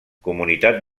comunitat